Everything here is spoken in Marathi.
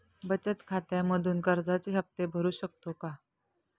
बचत खात्यामधून कर्जाचे हफ्ते भरू शकतो का?